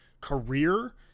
career